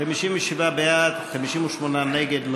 57 בעד, 58 נגד.